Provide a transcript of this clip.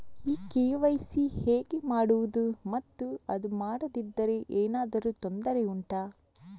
ಈ ಕೆ.ವೈ.ಸಿ ಹೇಗೆ ಮಾಡುವುದು ಮತ್ತು ಅದು ಮಾಡದಿದ್ದರೆ ಏನಾದರೂ ತೊಂದರೆ ಉಂಟಾ